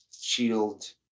shield